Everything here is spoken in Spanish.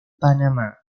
panamá